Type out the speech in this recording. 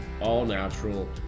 all-natural